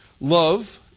Love